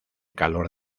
calor